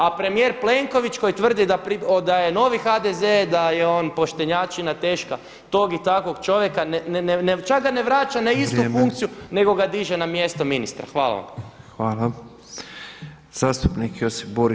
A premijer Plenković koji tvrdi da je novi HDZ-e, da je on poštenjačina teška, tog i takvog čovjeka čak ga ne vraća na istu funkciju, nego ga diže na mjesto ministra [[Upadica predsjednik: Vrijeme.]] Hvala vam.